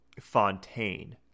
fontaine